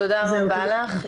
תודה רבה לך.